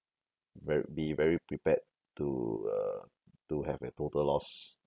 ver~ be very prepared to uh to have a total loss